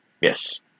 Yes